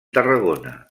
tarragona